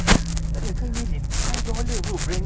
ah that mall yang ada Starbucks besar tu